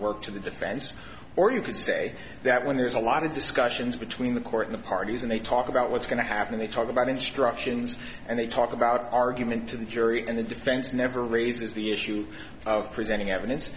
work to the defense or you can say that when there's a lot of discussions between the court the parties and they talk about what's going to happen they talk about instructions and they talk about argument to the jury and the defense never raises the issue of presenting evidence